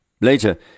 Later